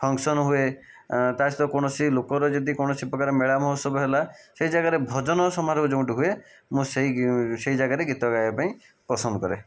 function ହୁଏ ତାସହିତ କୌଣସି ଲୋକର ଯଦି କୌଣସି ପ୍ରକାର ମେଳା ମହୋତ୍ସବ ହେଲା ସେ ଜାଗାରେ ଭଜନ ସମାରୋହ ଯୋଉଁଠି ହୁଏ ମୁଁ ସେହି ସେହି ଜାଗାରେ ଗୀତ ଗାଇବା ପାଇଁ ପସନ୍ଦ କରେ